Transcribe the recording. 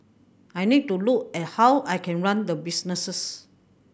I need to look at how I can run the businesses